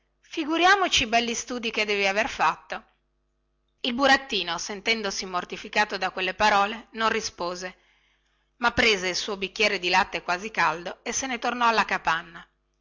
figuriamoci i belli studi che devi aver fatto il burattino sentendosi mortificato da quelle parole non rispose ma prese il suo bicchiere di latte quasi caldo e se ne tornò alla capanna